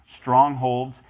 strongholds